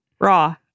raw